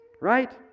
right